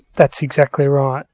that's exactly right.